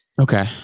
Okay